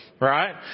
right